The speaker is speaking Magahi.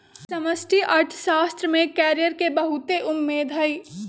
समष्टि अर्थशास्त्र में कैरियर के बहुते उम्मेद हइ